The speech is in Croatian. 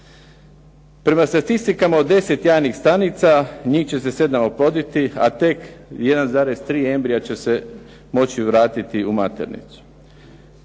Prema statistikama od 10 jajnih stanica, njih će se 7 oploditi, a tek 1,3 embrija će se moći vratiti u maternicu.